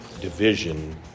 division